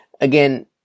Again